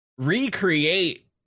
Recreate